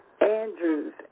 Andrews